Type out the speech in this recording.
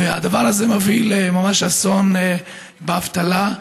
הדבר הזה מביא לממש אסון, אבטלה.